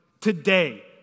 today